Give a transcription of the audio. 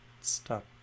stop